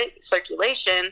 circulation